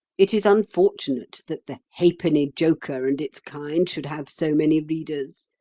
it is unfortunate that the ha'penny joker and its kind should have so many readers.